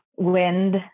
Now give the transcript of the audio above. Wind